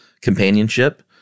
companionship